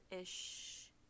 ish